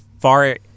far